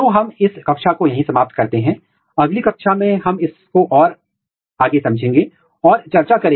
इसलिए मैं यहां रुकूंगा अगली कक्षा में हम एक जीन के कार्यात्मक लक्षण पहचान पर चर्चा करेंगे